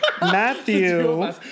Matthew